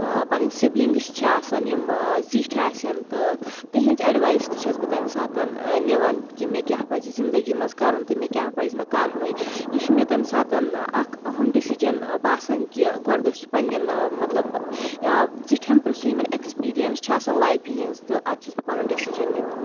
پنٕنۍ سبلنگٕس چھِ آسان یم زیٚٹھ آسان تہٕ تہنٛز ایٚڈوایس تہِ چھس بہٕ تمہٕ ساتہٕ نیوان کہِ مےٚ کیاہ پزِ زنٛدگی منٛز کرُن تہِ مےٚ کیاہ پزٕ نہٕ کرُنُے یہِ چھُ مےٚ تمہِ ساتہٕ اکھ أہم ڈیٚسِجن باسان کہِ گوڈٕ گژھِ پننٮ۪ن مطلب زِٹھٮ۪ن پرژھُن مطلب یمن ایٚکٕسپیرنٕس چھِ آسان لایفہٕ ہنٛز تہِ ادٕ چھس بہٕ پنُن ڈیٚسجن نِوان